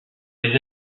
les